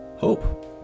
Hope